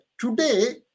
today